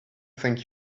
thank